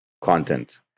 content